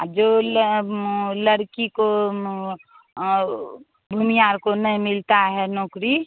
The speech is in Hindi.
अब जो लड़की को भूमियार को नहीं मिलता है नौकरी